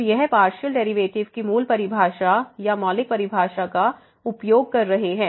तो यह partial derivatives की मूल परिभाषा या मौलिक परिभाषा का उपयोग कर रहे हैं